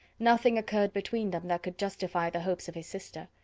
nothing occurred between them that could justify the hopes of his sister.